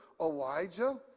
Elijah